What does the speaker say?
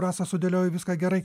rasa sudėliojai viską gerai